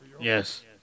Yes